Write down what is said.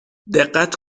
دقت